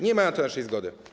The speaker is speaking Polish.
Nie ma na to naszej zgody.